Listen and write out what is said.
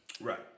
Right